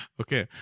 Okay